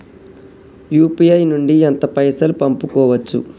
UPI నుండి ఎంత పైసల్ పంపుకోవచ్చు?